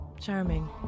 Charming